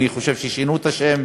אני חושב ששינו את השם,